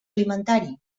alimentari